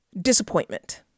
disappointment